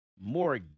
more